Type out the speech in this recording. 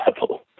level